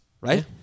right